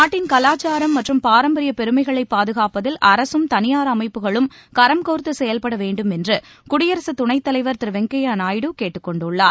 நாட்டின் கலாச்சார மற்றும் பாரம்பரிய பெருமைகளை பாதுகாப்பதில் அரகம் தனியார் அமைப்புகளும் கரம் கோர்த்து செயல்பட வேண்டும் என்று குடியரசு துணைத் தலைவர் திரு வெங்கய்ய நாயுடு கேட்டுக் கொண்டுள்ளார்